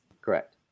correct